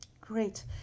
great